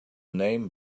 name